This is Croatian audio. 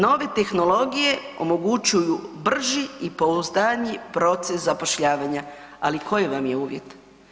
Nove tehnologije omogućuju brži i pouzdaniji proces zapošljavanja, ali koji vam je uvjet?